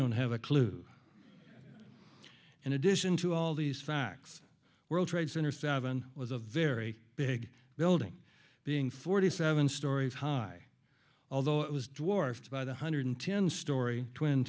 don't have a clue and addition to all these facts world trade center seven was a very big building being forty seven stories high although it was dwarfed by the hundred ten story twin